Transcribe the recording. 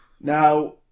Now